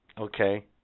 Okay